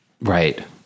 Right